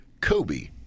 Kobe